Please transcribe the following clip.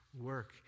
work